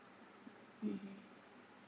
mmhmm